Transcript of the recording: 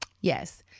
Yes